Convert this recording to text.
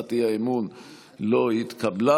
הצעת האי-אמון לא התקבלה.